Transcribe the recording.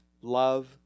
love